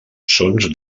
sons